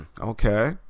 Okay